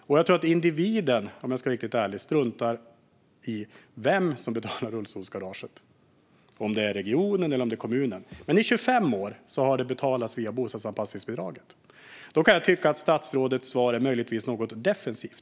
Om jag ska vara riktigt ärlig tror jag att individen struntar i vem som betalar rullstolsgaraget - om det är regionen eller kommunen. Men i 25 år har det betalats via bostadsanpassningsbidraget. Därför kan jag tycka att statsrådet svar möjligen är något defensivt.